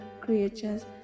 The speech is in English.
creatures